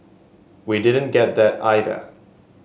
we didn't get that either